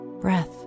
breath